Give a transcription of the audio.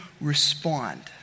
respond